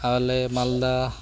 ᱟᱞᱮ ᱢᱟᱞᱫᱟ